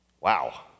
Wow